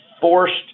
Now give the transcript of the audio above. forced